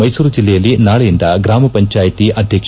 ಮೈಸೂರು ಜಿಲ್ಲೆಯಲ್ಲಿ ನಾಳೆಯಿಂದ ಗ್ರಾಮ ಪಂಚಾಯಿತಿ ಅಧ್ಯಕ್ಷ